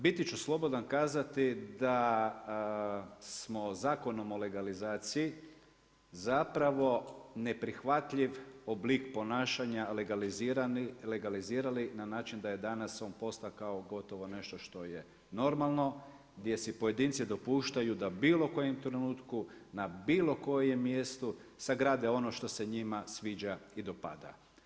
Biti ću slobodan kazati da smo Zakonom o legalizaciji zapravo neprihvatljiv oblik ponašanje legalizirali na način da je danas on postao kao gotovo nešto što je normalno, gdje si pojedinci dopuštaju da u bilo kojem trenutku na bilo kojem mjestu sagrade ono što se njima sviđa i dopada.